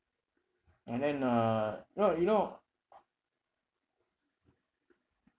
and then uh no you know